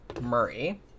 Murray